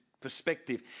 perspective